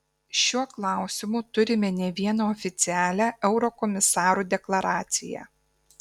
šiuo klausimu turime ne vieną oficialią eurokomisarų deklaraciją